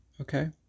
okay